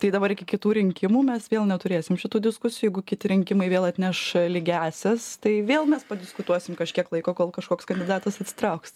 tai dabar iki kitų rinkimų mes vėl neturėsim šitų diskusijų jeigu kiti rinkimai vėl atneš lygiąsias tai vėl mes padiskutuosim kažkiek laiko kol kažkoks kandidatas atsitrauks